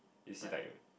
you see like